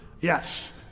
Yes